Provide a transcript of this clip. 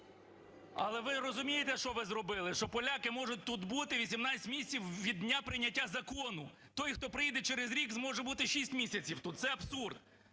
Але ви розумієте, що ви зробили? Що поляки можуть тут бути 18 місяців від дня прийняття закону. Той, хто приїде через рік зможе бути шість місяців тут. Це абсурд.